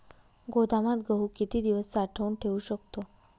गोदामात गहू किती दिवस साठवून ठेवू शकतो?